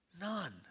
None